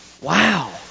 Wow